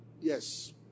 Yes